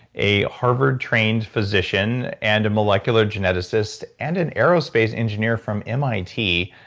a harvard-trained physician and a molecular geneticist and an aerospace engineer from mit.